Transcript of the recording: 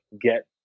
get